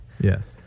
Yes